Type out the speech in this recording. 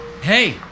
hey